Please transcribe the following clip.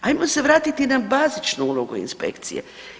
Hajmo se vratiti na bazičnu ulogu inspekcije.